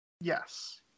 Yes